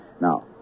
Now